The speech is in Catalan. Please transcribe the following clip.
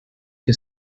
que